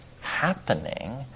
happening